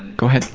go ahead.